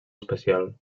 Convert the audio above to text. especial